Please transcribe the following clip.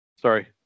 Sorry